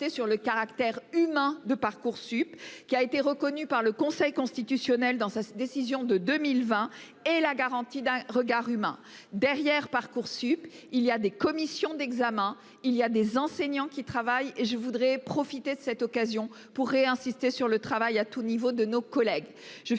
sur le caractère humain de Parcoursup, qui a été reconnue par le Conseil constitutionnel dans sa décision de 2020 et la garantie d'un regard humain derrière Parcoursup. Il y a des commissions d'examen, il y a des enseignants qui travaillent et je voudrais profiter de cette occasion pour et insisté sur le travail à tout niveau de nos collègues je